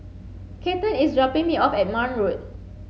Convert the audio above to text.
Cathern is dropping me off at Marne Road